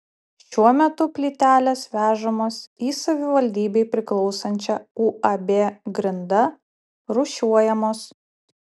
šiuo metu plytelės vežamos į savivaldybei priklausančią uab grinda rūšiuojamos